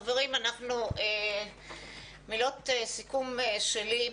חברים, מילות סיכום שלי.